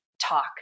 talk